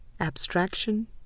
Abstraction